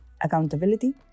accountability